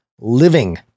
living